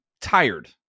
tired